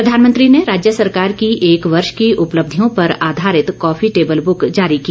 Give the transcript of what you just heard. प्रधानमंत्री ने राज्य सरकार की एक वर्ष की उपलब्धियों पर आधारित कॉफी टेबल बुक जारी की